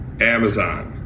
Amazon